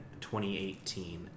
2018